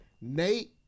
Nate